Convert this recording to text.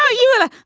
ah you a